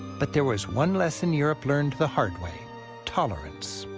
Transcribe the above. but there was one lesson europe learned the hard way tolerance.